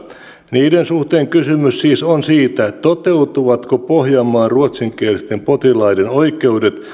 niiden suhteen kysymys siis on siitä toteutuvatko pohjanmaan ruotsinkielisten potilaiden oikeudet